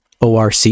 ORC